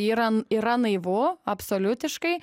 yra yra naivu absoliutiškai